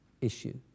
issue